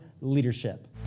Leadership